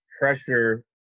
pressure